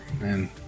man